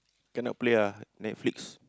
cannot play ah Netflix